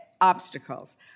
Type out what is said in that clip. obstacles